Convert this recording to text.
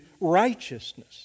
righteousness